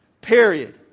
Period